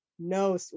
no